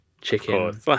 chicken